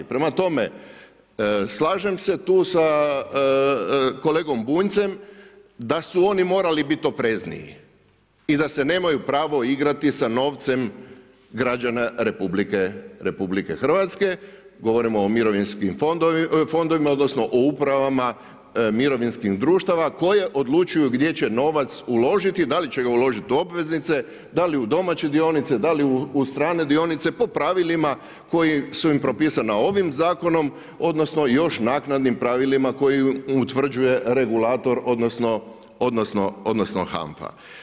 Prema tome, slažem se tu sa kolegom Bunjcem da su oni morali biti oprezniji i da se nemaju pravo igrati sa novcem građana RH, govorimo o mirovinskim fondovima odnosno o upravama mirovinskim društava koji odlučuju gdje će novac uložiti, da li će ga uložiti u obveznice, da li u domaće dionice, da li u strane dionice po pravilima koja su im propisana ovim zakonom odnosno još naknadim pravilima koja utvrđuje regulator odnosno HANFA.